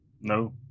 No